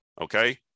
okay